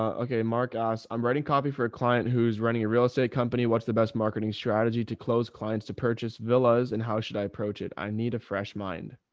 um okay. mark i'm writing copy for a client. who's running a real estate company. what's the best marketing strategy to close clients to purchase villas. and how should i approach it? i need a fresh mind.